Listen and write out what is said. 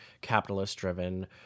capitalist-driven